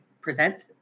present